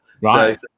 Right